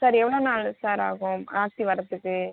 sir எவ்வளோ நாள் sir ஆகும் ஆர்சி வரத்துக்கு